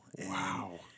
Wow